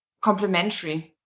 complementary